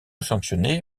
sanctionné